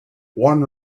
one